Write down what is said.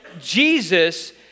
Jesus